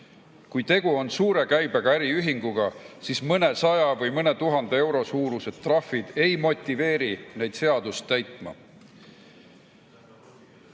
Kui tegu on suure käibega äriühinguga, siis mõnesaja või mõne tuhande euro suurused trahvid ei motiveeri neid seadust täitma.